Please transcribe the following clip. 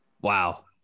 Wow